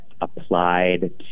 applied